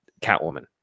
Catwoman